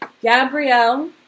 Gabrielle